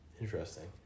Interesting